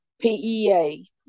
PEA